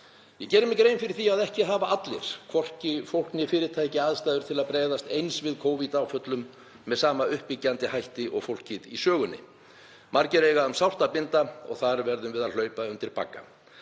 Ég geri mér fulla grein fyrir því að ekki hafa allir, hvorki fólk né fyrirtæki, aðstæður til að bregðast við Covid-áföllunum með sama uppbyggjandi hætti og fólkið í sögunni. Margir eiga um sárt að binda og þar þurfum við að hlaupa undir bagga.